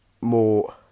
more